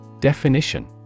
Definition